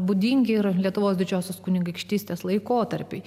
būdingi ir lietuvos didžiosios kunigaikštystės laikotarpiui